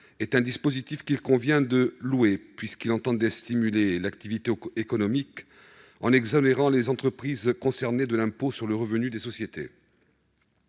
est un dispositif qu'il convient de louer, puisqu'il a vocation à stimuler l'activité économique en exonérant les entreprises concernées de l'impôt sur le revenu ou